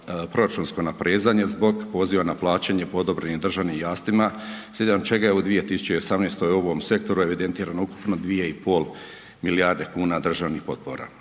proračunsko naprezanje zbog poziva na plaćanje po odobrenim državnim jamstvima slijedom čega je u 2018. u ovom sektoru evidentirano ukupno 2,5 milijarde kuna državnih potpora.